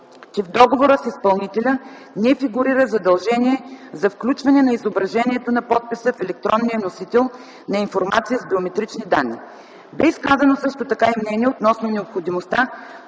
че в договора с изпълнителя не фигурира задължение за включване на изображението на подписа в електронния носител на информация с биометрични данни. Бе изказано също така и мнение относно необходимостта